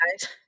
guys